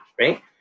right